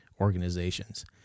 organizations